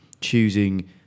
choosing